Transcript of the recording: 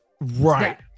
Right